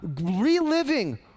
reliving